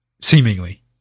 Seemingly